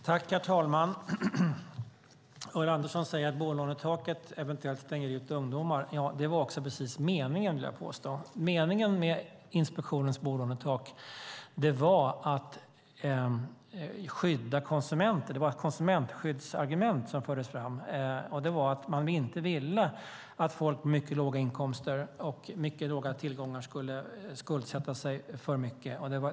Herr talman! Ulla Andersson säger att bolånetaket eventuellt stänger ute ungdomar. Det var precis det som var meningen, vill jag påstå. Meningen med inspektionens bolånetak var att skydda konsumenter. Det var ett konsumentskyddsargument som fördes fram, och det var att man inte ville att folk med mycket låga inkomster och mycket låga tillgångar skulle skuldsätta sig för mycket.